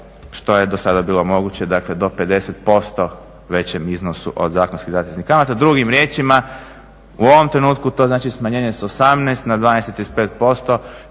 što je do sada bilo moguće dakle do 50% većem iznosu od zakonskih zateznih kamata. Drugim riječima, u ovom trenutku to znači smanjenje s 18 na 12,35%.